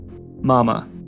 Mama